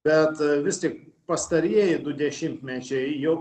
bet vis tik pastarieji du dešimtmečiai jau